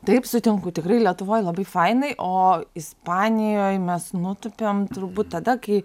taip sutinku tikrai lietuvoj labai fainai o ispanijoj mes nutūpėm turbūt tada kai